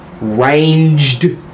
ranged